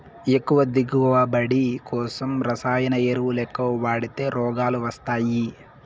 ఎక్కువ దిగువబడి కోసం రసాయన ఎరువులెక్కవ వాడితే రోగాలు వస్తయ్యి